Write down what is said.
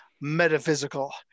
metaphysical